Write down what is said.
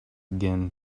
again